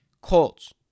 Colts